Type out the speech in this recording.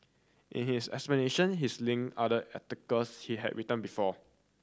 in his explanation he linked other articles he has written before